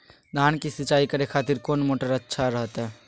धान की सिंचाई करे खातिर कौन मोटर अच्छा रहतय?